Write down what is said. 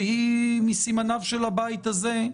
שהיא מסימניו של הבית הזה,